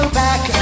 back